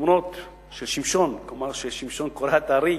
תמונות של שמשון קורע את הארי